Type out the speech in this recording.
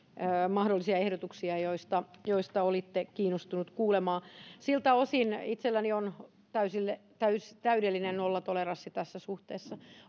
mahdollisia ehdotuksia joista joista olitte kiinnostunut kuulemaan itselläni on täydellinen nollatoleranssi tässä suhteessa